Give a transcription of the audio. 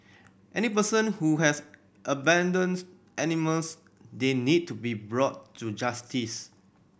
any person who has abandons animals they need to be brought to justice